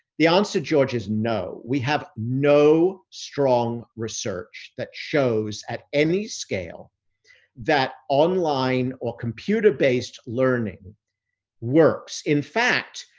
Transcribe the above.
the answer george, is no, we have no strong research that shows at any scale that online or computer-based learning works. in fact,